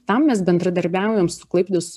tam mes bendradarbiaujam su klaipėdos